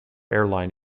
airline